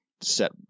set